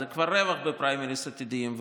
זה כבר רווח בפריימריז עתידיים,